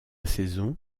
saison